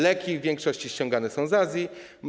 Leki w większości ściągane są z Azji.